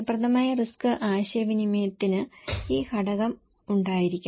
ഫലപ്രദമായ റിസ്ക് ആശയവിനിമയത്തിന് ഈ ഘടകം ഉണ്ടായിരിക്കണം